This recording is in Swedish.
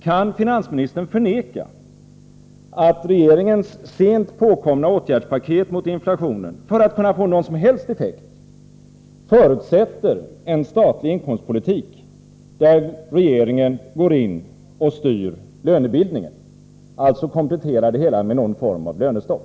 Kan finansministern förneka att regeringens sent påkomna åtgärdspaket som skall motverka inflationen förutsätter — för att det skall få någon som helst effekt — en statlig inkomstpolitik där regeringen går in och styr lönebildningen, alltså kompletterar det hela med någon form av lönestopp?